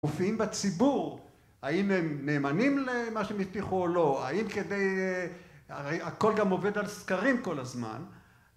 מופיעים בציבור, האם הם נאמנים למה שהם הבטיחו או לא, האם כדי, הרי הכל גם עובד על סקרים כל הזמן